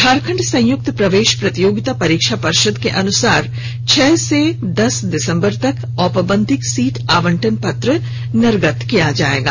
झारखंड संयुक्त प्रवेश प्रतियोगिता परीक्षा पर्षद के अनुसार छह से दस दिसंबर तक औपबन्धिक सीट आवंटन पत्र निर्गत किया जाएगा